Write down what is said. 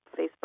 Facebook